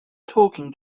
talking